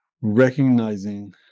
recognizing